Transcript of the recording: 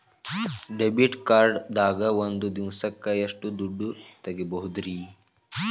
Debit card ದಾಗ ಒಂದ್ ದಿವಸಕ್ಕ ಎಷ್ಟು ದುಡ್ಡ ತೆಗಿಬಹುದ್ರಿ?